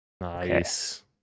Nice